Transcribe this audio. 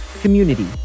community